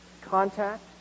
Contact